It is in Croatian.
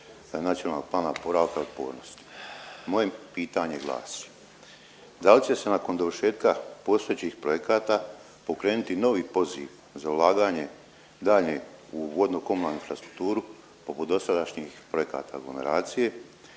nacionalnog plana oporavka i otpornosti. Moje pitanje glasi da li će se nakon dovršetka postojećih projekata pokrenuti novi poziv za ulaganje daljnje u vodno-komunalnu infrastrukturu oko dosadašnjih projekata aglomeracije,